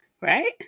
Right